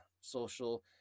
social